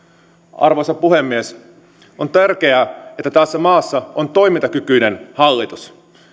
arvoisa puhemies on tärkeää että tässä maassa on toimintakykyinen hallitus